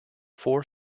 four